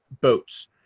boats